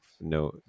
no